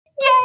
Yay